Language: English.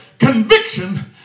Conviction